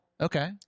Okay